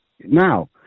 now